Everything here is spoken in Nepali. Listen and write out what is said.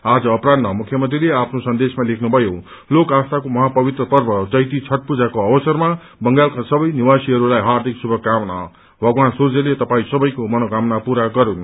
आज अपरान्ह मुख्यमन्त्रीले आफनो सन्देशमा लेख्नुभयो लोक आस्थाको महापवित्र पर्व चैती छठपूजाको अवसरमा बंगालका सबै निवासीहरूलाई हार्दिक शुभकामना भगवान सूर्यले तपाई सबैको मनोकामना पूरा गरून्